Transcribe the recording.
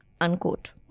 Unquote